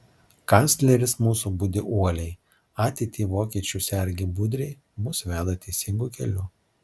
kancleris mūsų budi uoliai ateitį vokiečių sergi budriai mus veda teisingu keliu